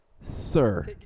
sir